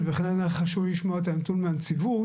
ולכן היה חשוב לי לשמוע את הנתון מהנציבות,